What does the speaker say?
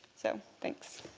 so thanks.